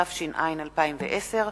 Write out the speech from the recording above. התש"ע 2010,